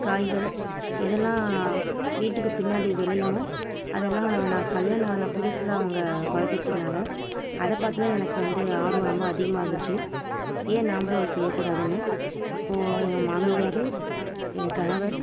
காய்கள் இதெல்லாம் வீட்டுக்கு பின்னாடி விளையுமோ அதெல்லாம் நான் கல்யாணம் ஆன புதுசில் அவங்க வளர்த்திட்ருந்தாங்க அதை பார்த்து தான் எனக்கு வந்து ஆர்வம் ரொம்ப அதிகமாக வந்துச்சு ஏன் நாம்பளும் அப்படி செய்யக்கூடாதுன்னு அப்போது என் மாமியார் என் கணவர்